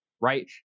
right